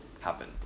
happen